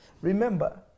Remember